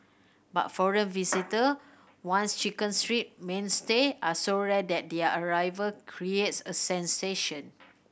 but foreign visitor once Chicken Street mainstay are so rare that their arrival creates a sensation